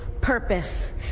purpose